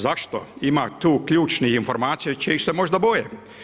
Zašto ima tu ključnih informacija čijih se možda boje.